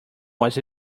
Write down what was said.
was